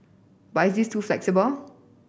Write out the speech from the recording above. but is it too flexible